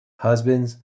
Husbands